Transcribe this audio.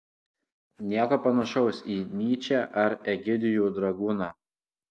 nieko panašaus į nyčę ar egidijų dragūną